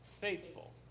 Faithful